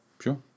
Sure